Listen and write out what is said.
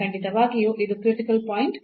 ಖಂಡಿತವಾಗಿಯೂ ಇದು critical point